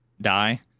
die